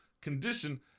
Condition